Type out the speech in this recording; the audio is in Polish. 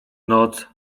noc